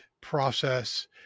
process